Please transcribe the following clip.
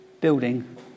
building